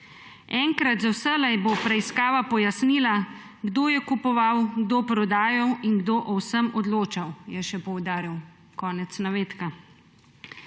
Enkrat za vselej bo preiskava pojasnila, kdo je kupoval, kdo prodajal in kdo o vsem odločal,« je še poudaril.« Konec navedka.